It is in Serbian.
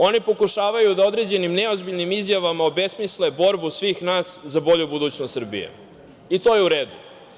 Oni pokušavaju da određenim neozbiljnim izjavama obesmisle borbu svih nas za bolju budućnost Srbije, i to je u redu.